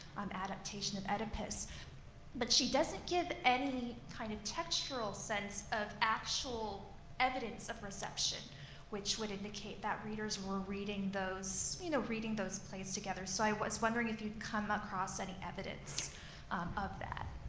um adaptation of oedipus but she doesn't give any kind of textural sense of actual evidence of reception which would indicate that readers were reading those you know reading those plays together. so i was wondering if you come across any evidence of that.